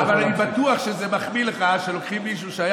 אבל אני בטוח שזה מחמיא לך שלוקחים מישהו שהיה